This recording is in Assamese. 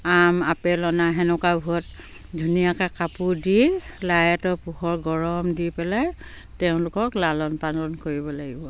আম আপেল অনা সেনেকুৱাবোৰত ধুনীয়াকৈ কাপোৰ দি লাইটৰ পোহৰ গৰম দি পেলাই তেওঁলোকক লালন পালন কৰিব লাগিব